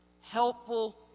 helpful